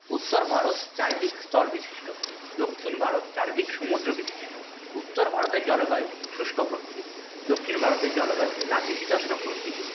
উত্তর ভারত চারিদিক স্থল বিশিষ্ট দক্ষিণ ভারত চারিদিক সমুদ্র বিশিষ্ট উত্তর ভারতের জলবায়ু শুষ্ক প্রকৃতির দক্ষিণ ভারতের জলবায়ু নাতিশীতোষ্ণ প্রকৃতির